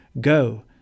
Go